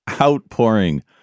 outpouring